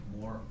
more